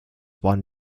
one